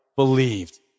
believed